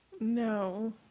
No